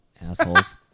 Assholes